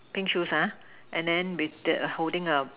pink shoes ah and then with the holding a